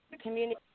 community